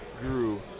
grew